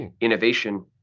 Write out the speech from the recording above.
innovation